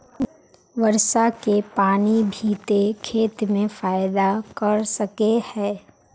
वर्षा के पानी भी ते खेत में फायदा कर सके है?